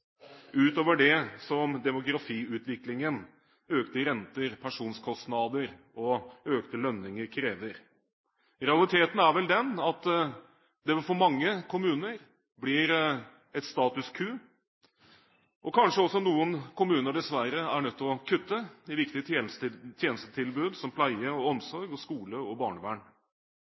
utover det som demografiutviklingen, økte renter, pensjonskostnader og økte lønninger krever. Realiteten er vel den at det for mange kommuner blir et status quo, og kanskje også noen kommuner dessverre er nødt til å kutte i viktige tjenestetilbud som pleie og omsorg, skole og barnevern.